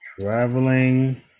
Traveling